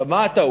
עכשיו, מה הטעות